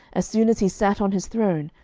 as soon as he sat on his throne,